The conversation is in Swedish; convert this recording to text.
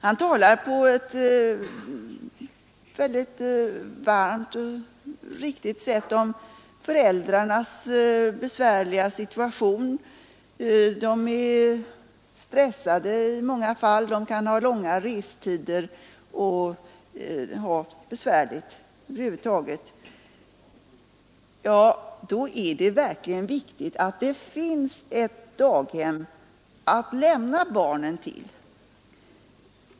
Han talar varmt och riktigt om föräldrarnas svåra situation. De är i många fall stressade, de kan ha långa restider och ha det besvärligt över huvud taget. Ja, då är det verkligen viktigt att det finns ett daghem att lämna barnen till.